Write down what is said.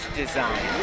design